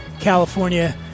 California